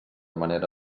manera